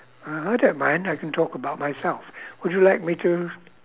oh I don't mind I can talk about myself would you like me to